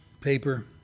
paper